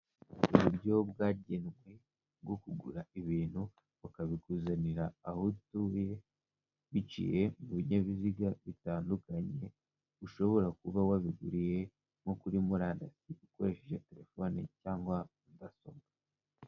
Uburyo bwagenwe bwo kugura ibintu bakabikuzanira aho utuye biciye mu binyabiziga bitandukanye ushobora kuba wabiguriye nko kuri murandasti ukoresheje telefone cyangwa mudasobwa.